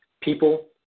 people